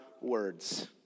words